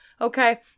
okay